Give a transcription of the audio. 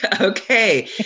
Okay